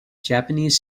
japanese